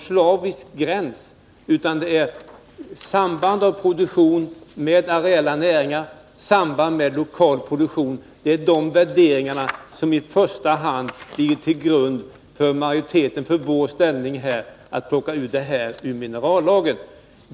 I första hand sambandet mellan torvproduktion å ena sidan och areella näringar eller lokal produktion å den andra ligger till grund för majoritetens ställningstagande för förslaget att plocka ut torven ur minerallagen.